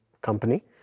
company